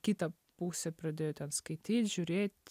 kita pusė pradėjo ten skaityt žiūrėt